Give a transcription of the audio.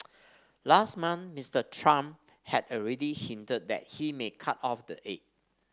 last month Mister Trump had already hinted that he may cut off the aid